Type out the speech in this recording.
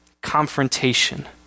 confrontation